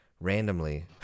randomly